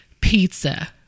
pizza